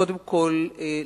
קודם כול,